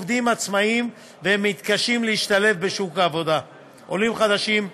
עובדים עצמאיים ומתקשים להשתלב בשוק העבודה: עולים חדשים,